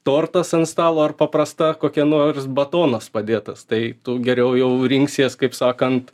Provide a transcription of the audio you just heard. tortas ant stalo ar paprasta kokia nors batonas padėtas tai tu geriau jau rinksies kaip sakant